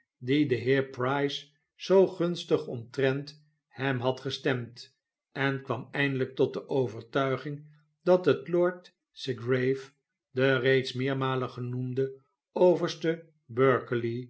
die den heer price zoo gunstig omtrent hem had gestemd en kwam eindelijk tot de overtuiging dat het lord segrave de reeds meermalen